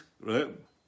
right